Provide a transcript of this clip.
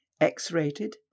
X-rated